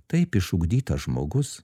taip išugdytas žmogus